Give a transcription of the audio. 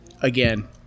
Again